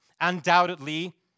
undoubtedly